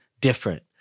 different